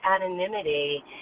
anonymity